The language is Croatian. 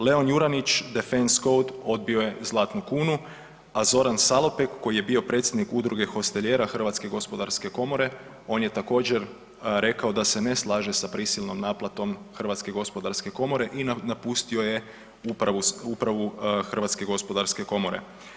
Leon Juranić DefenseCode odbio je Zlatnu kunu, a Zoran Salopek koji je bio predsjednik Udruge hostelijera Hrvatske gospodarske komore on je također rekao da se ne slaže sa prisilnom naplatom Hrvatske gospodarske komore i napustio je Upravu Hrvatske gospodarske komore.